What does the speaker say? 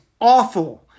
awful